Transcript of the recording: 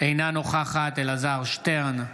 - אינה נוכחת אלעזר שטרן,